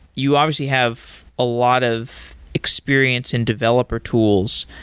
you obviously have a lot of experience and developer tools.